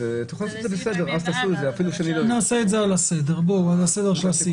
תעשו את זה על פי הסדר, אפילו כשלא אהיה כאן.